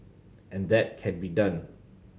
and that can be done